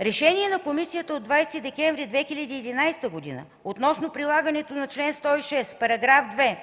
Решение на комисията от 20 декември 2011 г. относно прилагането на чл. 106, параграф 2